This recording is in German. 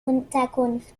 unterkunft